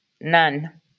None